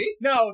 No